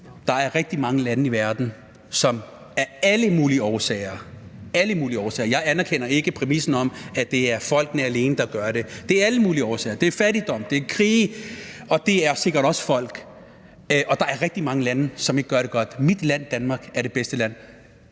Der er rigtig mange lande i verden, som af alle mulige årsager – alle mulige årsager, for jeg anerkender ikke præmissen om, at det er folkene alene, der gør det, det er alle mulige årsager, det er fattigdom, det er krige, og det er sikkert også folk – ikke gør det godt. Mit land, Danmark, er det bedste land.